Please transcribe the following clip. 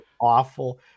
awful